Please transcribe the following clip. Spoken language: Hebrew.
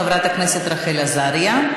חברת הכנסת רחל עזריה.